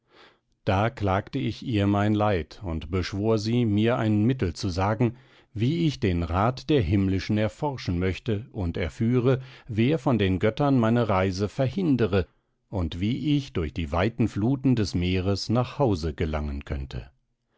da klagte ich ihr mein leid und beschwor sie mir ein mittel zu sagen wie ich den rat der himmlischen erforschen möchte und erführe wer von den göttern meine reise verhindere und wie ich durch die weiten fluten des meeres nach hause gelangen könnte